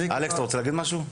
אלכס, אתה רוצה להגיד משהו?